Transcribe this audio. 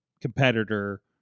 competitor